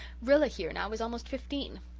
rilla here, now, is almost fifteen.